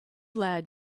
lad